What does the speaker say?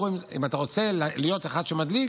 בביצוע, אם אתה רוצה להיות אחד שמדליק,